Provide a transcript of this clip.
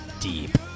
deep